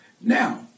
Now